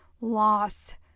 loss